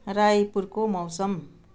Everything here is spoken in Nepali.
रायपुरको मौसम